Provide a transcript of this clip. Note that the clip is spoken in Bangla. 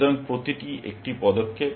সুতরাং প্রতিটি একটি পদক্ষেপ